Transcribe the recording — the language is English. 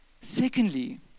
Secondly